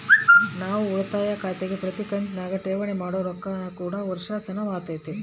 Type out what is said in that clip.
ನಾವು ಉಳಿತಾಯ ಖಾತೆಗೆ ಪ್ರತಿ ಕಂತಿನಗ ಠೇವಣಿ ಮಾಡೊ ರೊಕ್ಕ ಕೂಡ ವರ್ಷಾಶನವಾತತೆ